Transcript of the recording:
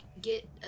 Get